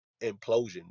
implosion